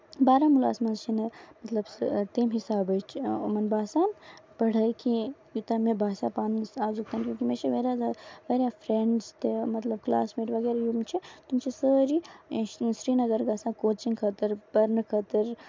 بارہمولہس منٛز چھِ نہٕ مطلب تَمہِ حِسابٕچ یِمن باسان پڑٲے کیٚنٛہہ یوٗتاہ مےٚ باسیو آز کِس مےٚ چھِ واریاہ زیادٕ فرینڈس تہِ مطلب کٔلاس میٹ وغیرہ یِم چھِ تِم چھِ سٲری سری نگر گژھان کوچِنگ خٲطر پَرنہٕ خٲطر